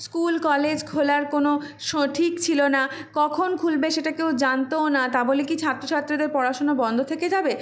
school college খোলার কোনো সঠিক ছিলো না কখন খুলবে সেটা কেউ জানতোও না তা বলে কি ছাত্র ছাত্রীদের পড়াশোনা বন্ধ থেকে যাবে